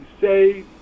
say